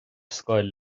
scoil